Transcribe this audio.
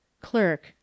Clerk